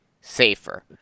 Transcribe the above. safer